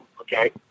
okay